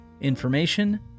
Information